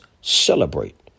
celebrate